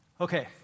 Okay